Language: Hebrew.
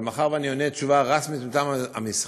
אבל מאחר שאני עונה תשובה רשמית מטעם המשרד,